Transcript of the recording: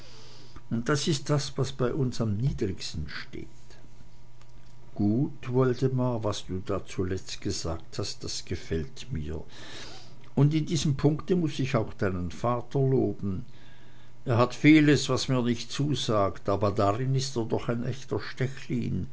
und das ist das was bei uns am niedrigsten steht gut woldemar was du da zuletzt gesagt hast das gefällt mir und in diesem punkte muß ich auch deinen vater loben er hat vieles was mir nicht zusagt aber darin ist er doch ein echter